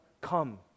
come